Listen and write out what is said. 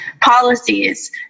policies